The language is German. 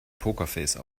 pokerface